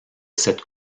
cette